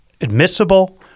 admissible